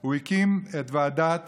הוא הקים ועדת